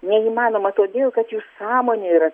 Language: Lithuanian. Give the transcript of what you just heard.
neįmanoma todėl kad jų sąmonė yra